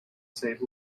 save